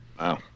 Wow